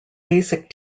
basic